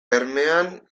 bermean